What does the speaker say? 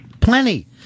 Plenty